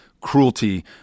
cruelty